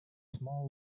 small